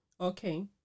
Okay